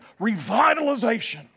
revitalization